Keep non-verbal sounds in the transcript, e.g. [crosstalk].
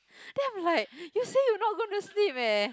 then I'm like [breath] you say you not going to sleep leh